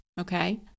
okay